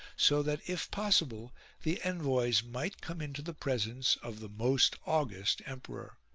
so that if possible the envoys might come into the presence of the most august emperor.